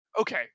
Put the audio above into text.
okay